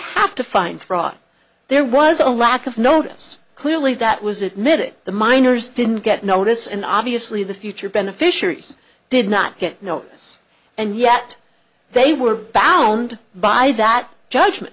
have to find fraud there was a lack of notice clearly that was admitted the miners didn't get notice and obviously the future beneficiaries did not get notice and yet they were bound by that judgment